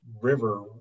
river